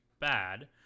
bad